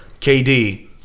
KD